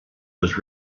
was